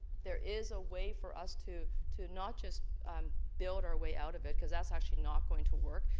there is a way for us to to not just um build our way out of it, because that's actually not going to work.